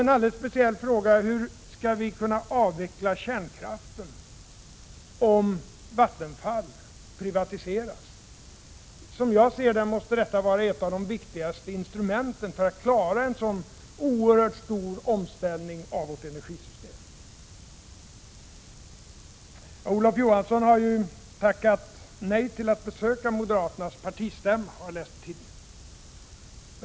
En alldeles speciell fråga är: Hur skall vi kunna avveckla kärnkraften om Vattenfall privatiseras? Som jag ser det måste Vattenfall vara ett av de viktigaste instrumenten för att klara en så oerhört stor omställning av vårt energisystem. Olof Johansson har tackat nej till att besöka moderaternas partistämma, har jag läst i tidningarna.